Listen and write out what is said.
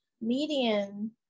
median